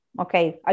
okay